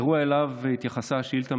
האירוע שאליו התייחסה השאילתה,